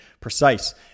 precise